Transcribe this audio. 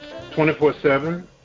24-7